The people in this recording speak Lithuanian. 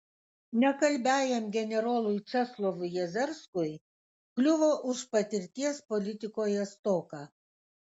nekalbiajam generolui česlovui jezerskui kliuvo už patirties politikoje stoką